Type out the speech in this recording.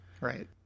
Right